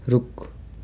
रुख